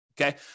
okay